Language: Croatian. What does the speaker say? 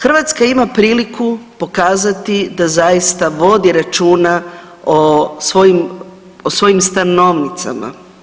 Hrvatska ima priliku pokazati da zaista vodi računa o svojim stanovnicama.